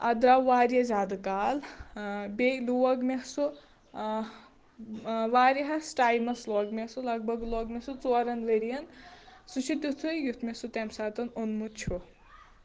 اَتھ درٛاو واریاہ زیادٕ کال بیٚیہِ لوگ مےٚ سُہ واریاہَس ٹایِمَس لوگ مےٚ سُہ لگ بگ لوگ مےٚ سُہ ژورَن ؤرۍیَن سُہ چھُ تِتھُے یُتھ مےٚ سُہ تَمہِ ساتہٕ اوٚنمُت چھُ